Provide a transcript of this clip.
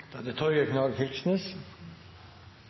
Da er det